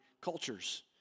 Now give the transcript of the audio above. cultures